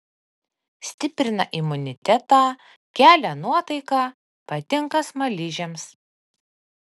stiprina imunitetą kelia nuotaiką patinka smaližiams